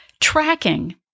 Tracking